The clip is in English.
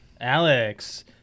Alex